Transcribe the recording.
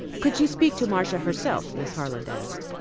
could she speak to marcia herself, miss harland asked.